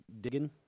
digging